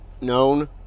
known